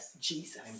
Jesus